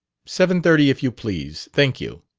seven-thirty, if you please. thank you.